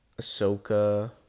Ahsoka